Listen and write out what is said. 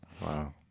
Wow